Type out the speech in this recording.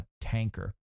tanker